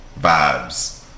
vibes